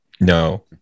No